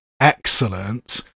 Excellent